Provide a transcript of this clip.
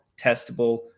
testable